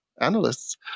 analysts